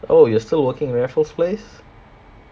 oh you're still working at raffles place